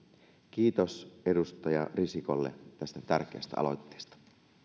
kiitos edustaja risikolle tästä tärkeästä aloitteesta